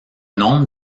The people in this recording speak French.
nombre